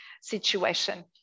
situation